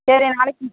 சரி நாளைக்கு